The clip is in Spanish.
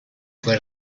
fue